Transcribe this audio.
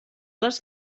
les